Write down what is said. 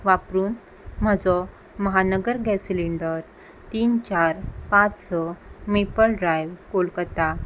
वापरून म्हजो Mahanagar gas cylinder तीन चार पांच स मेपल ड्रायव्ह कोलकत्ता